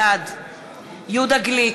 בעד יהודה גליק,